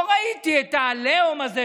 לא ראיתי את העליהום הזה,